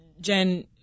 Jen